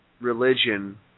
religion